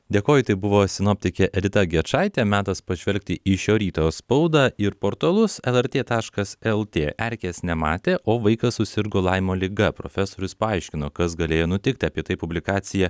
dėkoju tai buvo sinoptikė edita gečaitė metas pažvelgti į šio ryto spaudą ir portalus lrt taškas lt erkės nematė o vaikas susirgo laimo liga profesorius paaiškino kas galėjo nutikti apie tai publikacija